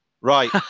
Right